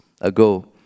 ago